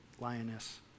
lioness